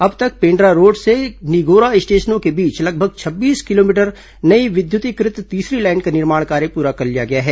अब तक पेण्ड्रा रोड से निगौरा स्टेशनों के बीच लगभग छब्बीस किलोमीटर नई विद्युतीकृत तीसरी लाईन का निर्माण कार्य पूरा कर लिया गया है